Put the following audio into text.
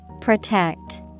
Protect